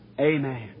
amen